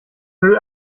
füll